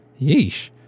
Yeesh